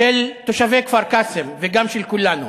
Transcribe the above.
של תושבי כפר-קאסם וגם של כולנו.